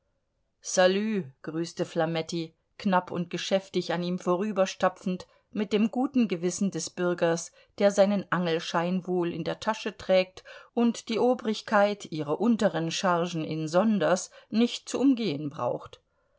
salü grüßte flametti knapp und geschäftig an ihm vorüberstapfend mit dem guten gewissen des bürgers der seinen angelschein wohl in der tasche trägt und die obrigkeit ihre unteren chargen insonders nicht zu umgehen braucht